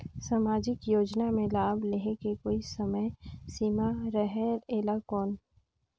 समाजिक योजना मे लाभ लहे के कोई समय सीमा रहे एला कौन?